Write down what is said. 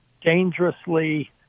dangerously